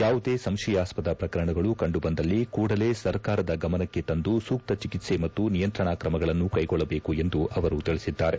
ಯಾವುದೇ ಸಂಶಯಾಸ್ವದ ಪ್ರಕರಣಗಳು ಕಂಡು ಬಂದಲ್ಲಿ ಕೂಡಲೇ ಸರ್ಕಾರದ ಗಮನಕ್ಕೆ ತಂದು ಸೂಕ್ತ ಚಿಕಿತ್ಸ ಮತ್ತು ನಿಯಂತ್ರಣಾ ಕ್ರಮಗಳನ್ನು ಕೈಗೊಳ್ಳಬೇಕು ಎಂದು ಅವರು ತಿಳಿಸಿದ್ದಾರೆ